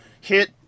hit